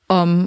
om